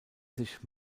sich